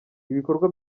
ibikorwa